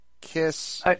Kiss